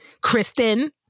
Kristen